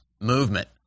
movement